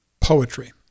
poetry